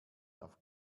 auf